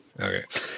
Okay